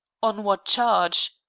on what charge?